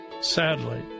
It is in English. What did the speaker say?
Sadly